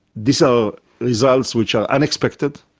these are results which are unexpected,